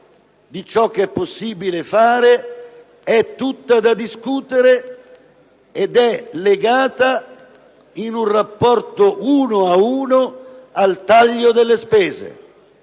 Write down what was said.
di ciò che è possibile fare è tutta da discutere ed è legata in un rapporto «uno a uno» al taglio delle spese.